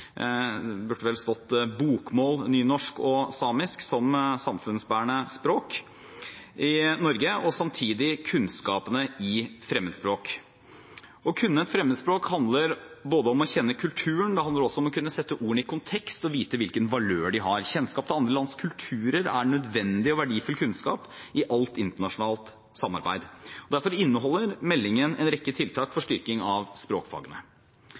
burde vel stått bokmål, nynorsk og samisk – som samfunnsbærende språk i Norge, og samtidig kunnskapene i fremmedspråk. Å kunne et fremmedspråk handler både om å kjenne kulturen og også om å kunne sette ordene i kontekst og vite hvilken valør de har. Kjennskap til andre lands kulturer er nødvendig og verdifull kunnskap i alt internasjonalt samarbeid. Derfor inneholder meldingen en rekke tiltak for styrking av språkfagene.